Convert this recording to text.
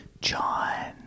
John